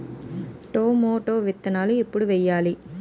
Tomato విత్తనాలు ఎప్పుడు వెయ్యాలి?